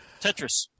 Tetris